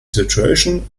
situation